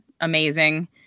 amazing